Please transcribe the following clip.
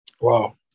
Wow